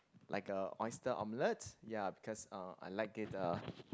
like a oyster omelette ya because uh I like it uh